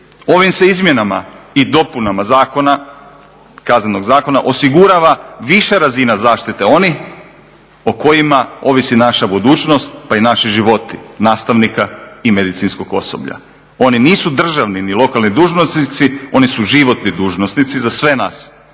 Ovim se izmjenama i dopunama zakona, Kaznenog zakona osigurava viša razina zaštite onih o kojima ovisi naša budućnost pa i naši životi, nastavnika i medicinskog osoblja. Oni nisu državni ni lokalni dužnosnici, oni su životni dužnosnici za sve nas,